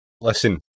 Listen